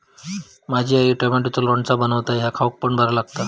माझी आई टॉमॅटोचा लोणचा बनवता ह्या खाउक पण बरा लागता